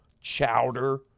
chowder